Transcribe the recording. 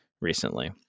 recently